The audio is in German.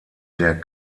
der